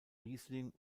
riesling